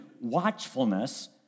watchfulness